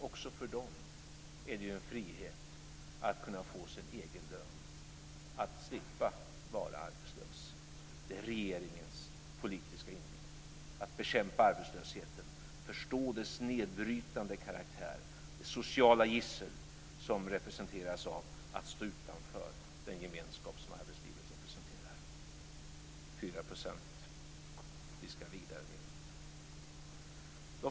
Också för dem är det ju en frihet att kunna få sin egen lön, att slippa vara arbetslös. Det är regeringens politiska inriktning att bekämpa arbetslösheten och förstå dess nedbrytande karaktär och det sociala gissel som representeras av att man står utanför den gemenskap som arbetslivet representerar. Det är 4 %. Vi ska vidare nedåt.